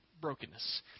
brokenness